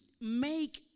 make